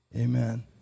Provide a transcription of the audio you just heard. Amen